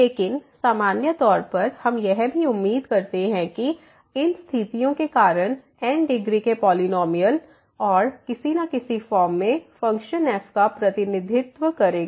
लेकिन सामान्य तौर पर हम यह भी उम्मीद करते हैं कि इन स्थितियों के कारण n डिग्री के पॉलिनॉमियल और किसी न किसी फॉर्म में फ़ंक्शन f का प्रतिनिधित्व करेगा